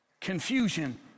Confusion